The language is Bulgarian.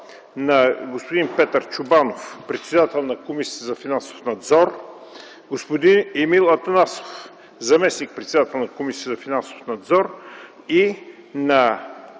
на господин Петър Чобанов – председател на Комисията за финансов надзор, господин Емил Атанасов – заместник-председател на Комисията за финансов надзор,